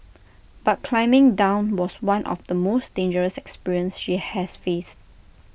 but climbing down was one of the most dangerous experience she has faced